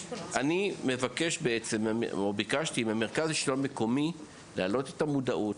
אני בעצם ביקשתי מהמרכז לשלטון מקומי להעלות את המודעות,